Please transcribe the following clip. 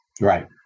Right